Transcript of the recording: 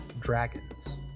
dragons